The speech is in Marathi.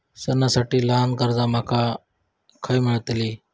सणांसाठी ल्हान कर्जा माका खय मेळतली?